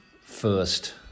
first